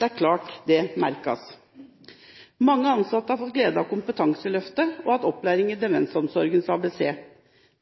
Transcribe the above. Det er klart det merkes. Mange ansatte har fått glede av Kompetanseløftet og har hatt opplæring i Demensomsorgens ABC.